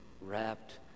wrapped